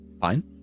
Fine